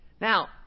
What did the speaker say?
Now